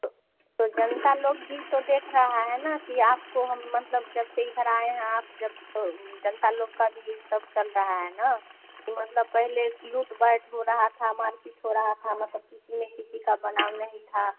तो तो जनता लोग भी तो देख रहे हैं ना कि आपको हम मतलब जब से इधर आएँ हैं आप जब जनता लोग का भी सब चल रहा है ना मतलब पहले लूट बैट हो रही थी मार पीट हो रही थी मतलब किसी में किसी का बनाव नहीं था